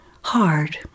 hard